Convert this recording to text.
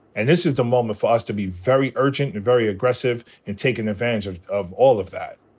and this is the moment for us to be very urgent and very aggressive in taking advantage of of all of that.